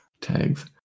tags